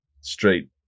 straight